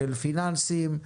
של פיננסים,